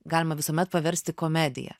galima visuomet paversti komedija